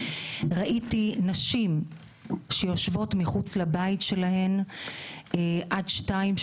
ראיתי נשים שיושבות מחוץ לבית שלהן עד שתיים,